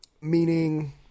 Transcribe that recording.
Meaning